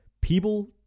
People